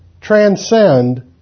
transcend